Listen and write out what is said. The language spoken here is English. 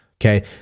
Okay